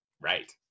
right